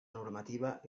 normativa